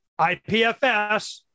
IPFS